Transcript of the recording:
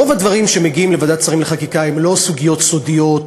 רוב הדברים שמגיעים לוועדת שרים לחקיקה הם לא סוגיות סודיות,